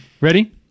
Ready